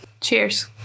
cheers